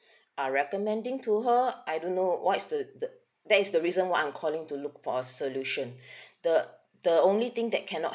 are recommending to her I don't know what is the the that is the reason why I'm calling to look for a solution the the only thing that cannot